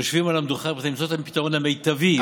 יושבים על המדוכה בכדי למצוא את הפתרון המיטבי לסוגיה הזאת.